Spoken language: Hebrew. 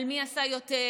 על מי עשה יותר,